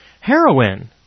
heroin